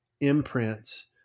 imprints